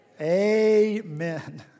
Amen